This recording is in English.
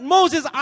Moses